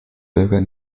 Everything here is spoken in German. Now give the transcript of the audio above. bürger